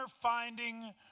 finding